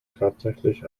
tatsächlich